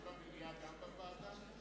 גם בוועדות?